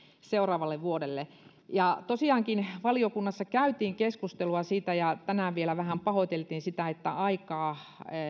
seuraavalle vuodelle tosiaankin valiokunnassa käytiin keskustelua siitä ja tänään vielä vähän pahoiteltiin sitä että aikaa